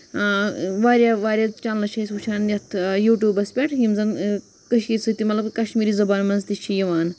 واریاہ واریاہ چینلہٕ چھِ أسۍ وٕچھان یَتھ یوٗٹوٗبَس پٮ۪ٹھ یِم زَن کٔشیٖر سۭتۍ تہِ مطلب کَشمیٖرِ زَبان منٛز تہِ چھِ یِوان